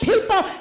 people